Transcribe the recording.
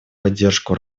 поддержку